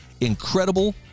incredible